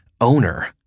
owner